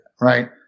Right